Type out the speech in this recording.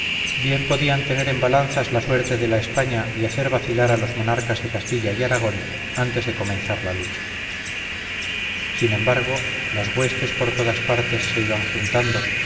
bien podían tener en balanzas la suerte de la españa y hacer vacilar a los monarcas de castilla y aragón antes de comenzar la lucha sin embargo las huestes por todas partes se iban juntando